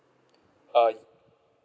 uh